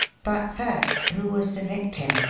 but first, who was the victim?